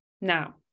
Now